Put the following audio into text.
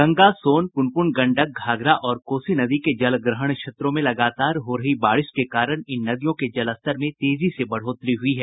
गंगा सोन पुनपुन गंडक घाघरा और कोसी नदी के जलग्रहण क्षेत्रों में लगातार हो रही बारिश के कारण इन नदियों के जलस्तर में तेजी से बढ़ोतरी हुई है